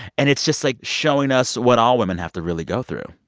and it's just, like, showing us what all women have to really go through.